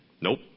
Nope